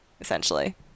essentially